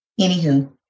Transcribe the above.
Anywho